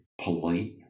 polite